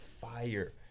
fire